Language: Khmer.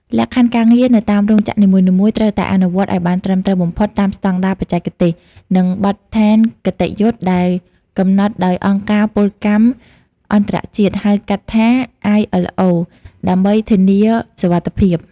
លក្ខខណ្ឌការងារនៅតាមរោងចក្រនីមួយៗត្រូវតែអនុវត្តឱ្យបានត្រឹមត្រូវបំផុតតាមស្តង់ដារបច្ចេកទេស និងបទដ្ឋានគតិយុត្តិដែលកំណត់ដោយអង្គការពលកម្មអន្តរជាតិ ហៅកាត់ថា ILO ដើម្បីធានាសុវត្ថិភាព។